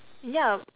ya